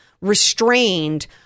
restrained